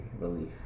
relief